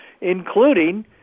including